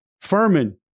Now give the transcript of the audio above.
Furman